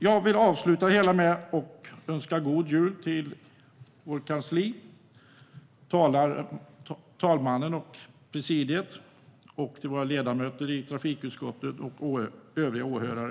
Jag vill avsluta med att önska god jul till vårt kansli, till herr talmannen och presidiet, till ledamöterna i trafikutskottet och till övriga åhörare!